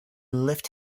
left